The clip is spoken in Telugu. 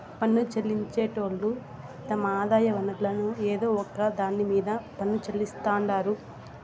పన్ను చెల్లించేటోళ్లు తమ ఆదాయ వనరుల్ల ఏదో ఒక దాన్ని మీద పన్ను చెల్లిస్తాండారు